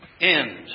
end